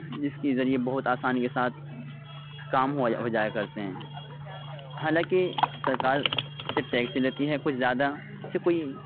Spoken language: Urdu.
جس کی ذریعے بہت آسانی کے ساتھ کام ہو ہو جایا کرتے ہیں حالاں کہ سرکار سے اس سے ٹیکس لیتی ہے کچھ زیادہ اس سے کوئی